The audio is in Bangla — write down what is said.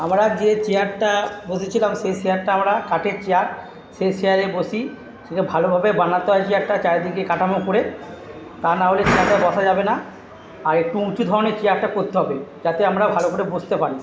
আমরা যে চেয়ারটা বসেছিলাম সেই চেয়ারটা আমরা কাঠের চেয়ার সেই চেয়ারে বসি খুবই ভালোভাবে বানাতে হয়েছে একটা চারিদিকে কাঠামো করে তা নাহলে চেয়ারটায় বসা যাবে না আর একটু উঁচু ধরণের চেয়ারটা করতে হবে যাতে আমরা ভালো করে বসতে পারি